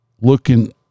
looking